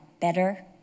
better